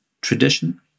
tradition